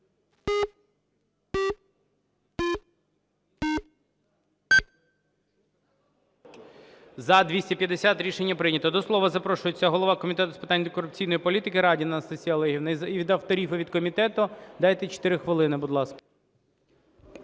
За-250 Рішення прийнято. До слова запрошується голова Комітету з питань антикорупційної політики Радіна Анастасія Олегівна (і від авторів, і від комітету). Дайте 4 хвилини, будь ласка.